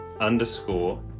underscore